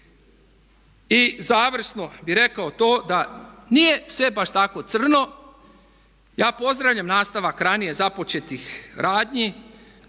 I završno bih rekao to da nije sve baš tako crno, ja pozdravljam nastavak ranije započetih radnji,